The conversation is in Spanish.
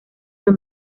del